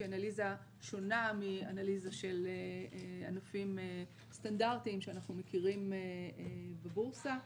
שהיא אנליזה שונה מאנליזה של ענפים סטנדרטיים שאנחנו מכירים בבורסה,